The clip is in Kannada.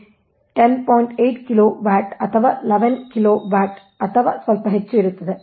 8 kV ಅಥವಾ 11 kV ಅಥವಾ ಸ್ವಲ್ಪ ಹೆಚ್ಚು ಇರುತ್ತದೆ 11